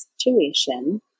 situation